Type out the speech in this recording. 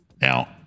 Now